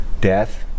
Death